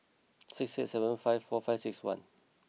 six six seven five four five six one